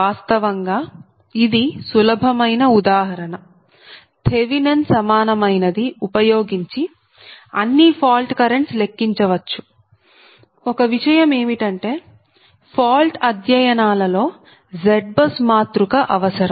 వాస్తవంగా ఇది సులభమైన ఉదాహరణ థెవినెన్ సమానమైనది ఉపయోగించి అన్ని ఫాల్ట్ కరెంట్స్ లెక్కించవచ్చు ఒక విషయం ఏమిటంటే ఫాల్ట్ అధ్యయనాలలో ZBUS మాతృక అవసరం